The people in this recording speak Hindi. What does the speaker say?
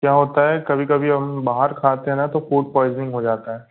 क्या होता है कभी कभी हम बाहर खाते हैं ना तो फूड पोइजनिंग हो जाता है